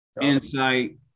insight